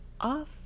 off